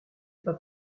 pas